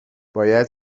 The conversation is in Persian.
باید